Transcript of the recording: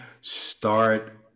start